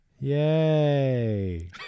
Yay